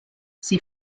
sie